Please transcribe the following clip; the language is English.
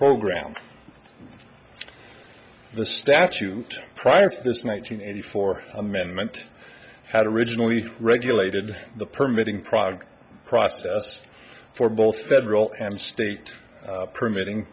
program the statute prior to this nine hundred eighty four amendment had originally regulated the permit in prague process for both federal and state permitting